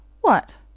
What